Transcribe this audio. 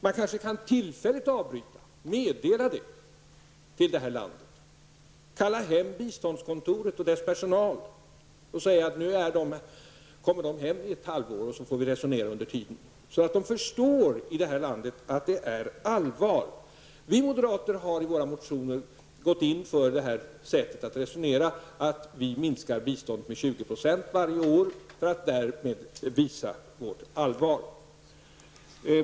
Man kanske kan tillfälligt avbryta biståndet och meddela det till mottagarlandet, kalla hem biståndskontorets personal och säga att personalen får komma hem ett halvår så att vi under tiden kan resonera. På det sättet kanske man förstår i mottagarlandet att det är allvar. Vi moderater har i våra motioner gått in för det här sättet att resonera och vill minska biståndet med 20 % varje år för att därmed visa vårt allvar.